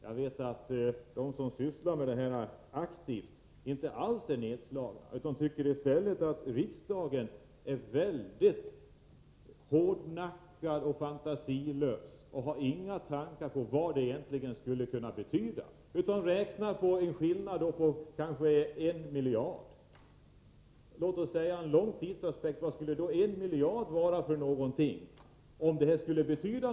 Jag vet att de som sysslar med detta aktivt inte alls är nedslagna utan i stället tycker att man i riksdagen är väldigt hårdnackad och fantasilös och inte har några tankar på vad det skulle kunna betyda. Man kanske räknar med en skillnad på en miljard. Men vad betyder en miljard sett på längre tid?